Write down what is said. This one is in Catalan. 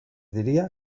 diria